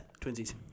twinsies